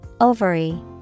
Ovary